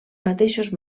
mateixos